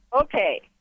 Okay